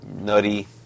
nutty